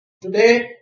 Today